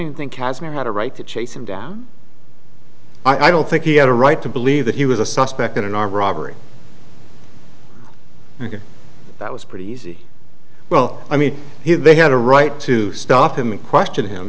even think casmir had a right to chase him down i don't think he had a right to believe that he was a suspect in an armed robbery ok that was pretty easy well i mean he they had a right to stop him and question him